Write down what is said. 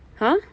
!huh!